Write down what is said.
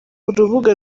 urubuga